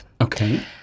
Okay